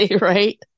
Right